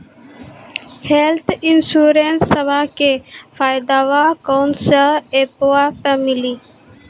Health इंश्योरेंसबा के फायदावा कौन से ऐपवा पे मिली?